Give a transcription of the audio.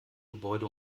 gebäude